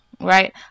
right